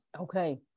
Okay